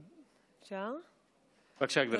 בבקשה, גברתי.